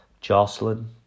Jocelyn